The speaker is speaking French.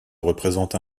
représente